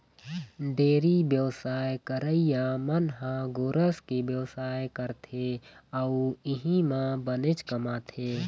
dairy बेवसाय करइया मन ह गोरस के बेवसाय करथे अउ इहीं म बनेच कमाथे